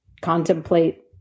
contemplate